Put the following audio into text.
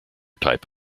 type